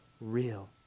real